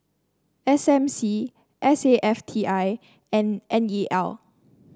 S M C S A F T I and N E L